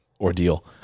ordeal